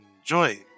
enjoy